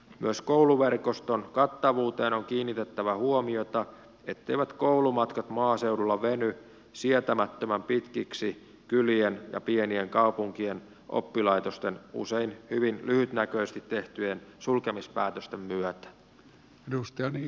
myös kouluverkoston kattavuuteen on kiinnitettävä huomiota etteivät koulumatkat maaseudulla veny sietämättömän pitkiksi kylien ja pienien kaupunkien oppilaitosten usein hyvin lyhytnäköisesti tehtyjen sulkemispäätösten myötä